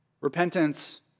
Repentance